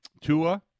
Tua